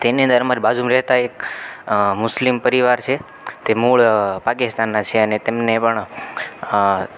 તેની અંદર મારી બાજુમાં રહેતા એક મુસ્લિમ પરિવાર છે તે મૂળ પાકિસ્તાનના છે અને તેમને પણ